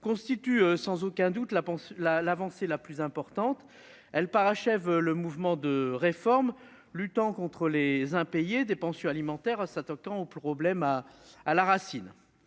constitue sans aucun doute l'avancée la plus importante. Elle parachève le mouvement de réforme visant à lutter contre les impayés des pensions alimentaires, en s'attaquant au problème à la racine.